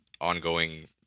ongoing